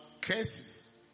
cases